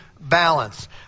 balance